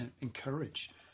encourage